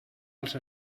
els